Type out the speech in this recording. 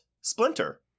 Splinter